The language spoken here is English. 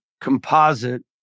composite